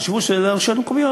חשבו שרשויות מקומיות,